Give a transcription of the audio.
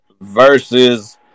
versus